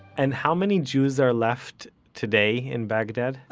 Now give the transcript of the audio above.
and how many jews are left today in baghdad?